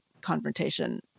confrontation